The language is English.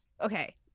okay